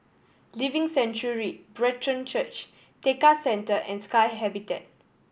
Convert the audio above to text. Living Sanctuary Brethren Church Tekka Centre and Sky Habitat